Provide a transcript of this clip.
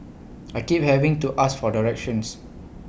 I keep having to ask for directions